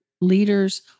leaders